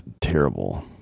terrible